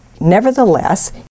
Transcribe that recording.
Nevertheless